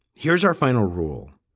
here's our final rule.